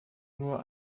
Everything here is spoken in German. nur